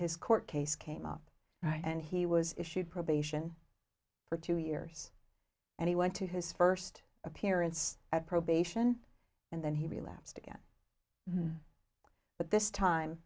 his court case came up and he was issued probation for two years and he went to his first appearance at probation and then he relapsed again but this time